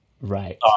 Right